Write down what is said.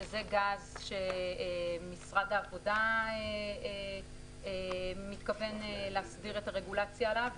שזה גז שמשרד העבודה מתכוון להסדיר את הרגולציה עליו.